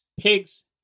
pigs